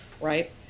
right